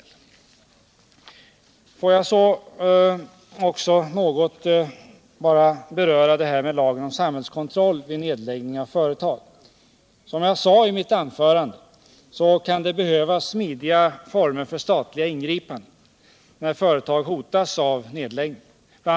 Låt mig också något beröra lagen om samhällskontroll vid nedläggning av företag. Som jag sade i mitt anförande kan det behövas smidiga former för statliga ingripanden när företag hotas av nedläggning. Bl.